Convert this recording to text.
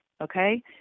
Okay